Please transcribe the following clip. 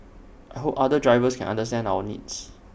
I hope other drivers can understand our needs